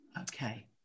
Okay